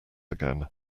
again